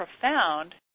profound